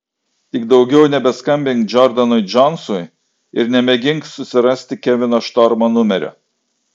tik daugiau nebeskambink džordanui džonsui ir nemėgink susirasti kevino štormo numerio